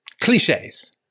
cliches